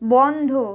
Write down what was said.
বন্ধ